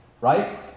Right